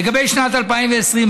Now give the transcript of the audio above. לגבי שנת 2020,